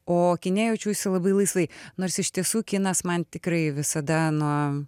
o kine jaučiausi labai laisvai nors iš tiesų kinas man tikrai visada nuo